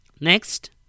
Next